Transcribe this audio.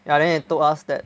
ya then they told us that